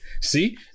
See